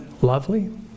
lovely